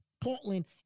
Portland